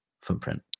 footprint